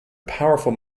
powerful